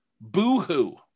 Boo-hoo